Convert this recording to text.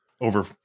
over